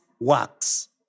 works